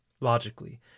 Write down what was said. Logically